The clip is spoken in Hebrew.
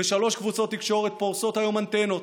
ושלוש קבוצות תקשורת פורסות היום אנטנות,